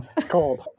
Cold